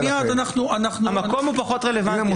המקום הוא פחות רלוונטי.